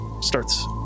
starts